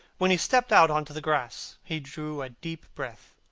when he stepped out on to the grass, he drew a deep breath.